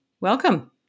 Welcome